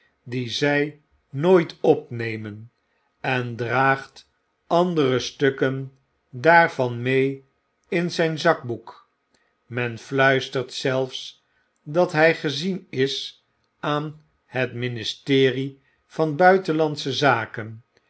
die zjj nooit ophemen en draagt andere stukken daafvan mee in zyn zakboek men fluistert zelfs f dat hy gezien is aan het ministerie van buitenlandsche zaken